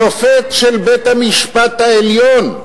שופט של בית-המשפט העליון,